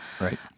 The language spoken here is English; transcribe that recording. Right